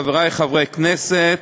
חברי חברי הכנסת,